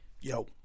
Yo